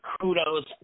kudos